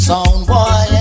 Soundboy